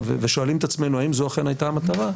ושואלים את עצמנו האם זו אכן הייתה המטרה,